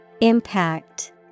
Impact